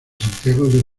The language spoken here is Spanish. santiago